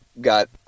got